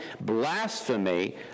blasphemy